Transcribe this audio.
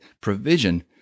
provision